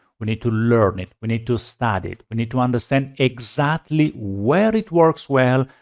we need to learn it, we need to study it, we need to understand exactly where it works well,